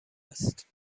است